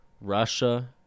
Russia